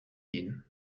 gehen